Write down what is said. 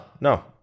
No